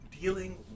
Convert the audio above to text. dealing